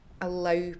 allow